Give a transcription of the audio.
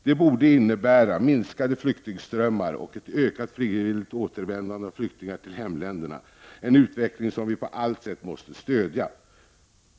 Det borde innebära minskade flyktingströmmar och ett ökat frivilligt återvändande av flyktingar till hemländerna, alltså en utveckling som vi på allt sätt måste stöjda.